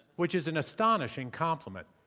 which is an astonishing compliment.